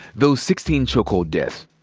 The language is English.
those sixteen chokehold deaths,